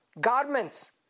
garments